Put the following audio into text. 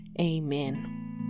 Amen